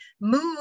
move